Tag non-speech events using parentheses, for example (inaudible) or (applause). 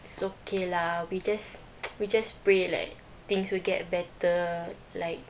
it's okay lah we just (noise) we just pray like things will get better like